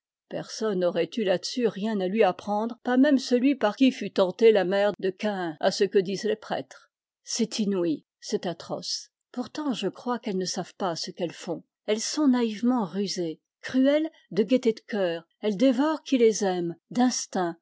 personne n'aurait eu là-dessus rien à lui apprendre pas même celui par qui fut tentée la mère de gain à ce que disent les prêtres c'est inoui c'est atroce pourtant je crois qu'elles ne savent pas ce qu'elles font elles sont naïvement rusées cruelles de gaîté de cœur elles dévorent qui les aime